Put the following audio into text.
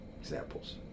examples